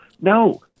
No